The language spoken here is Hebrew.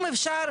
אם אפשר,